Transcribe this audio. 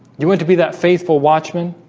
you want to be that faithful watchman